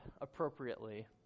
appropriately